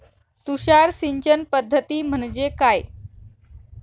तुषार सिंचन पद्धती म्हणजे काय?